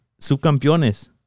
subcampeones